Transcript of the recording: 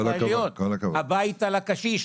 הישראליות, הביתה לקשיש.